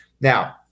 Now